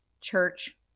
church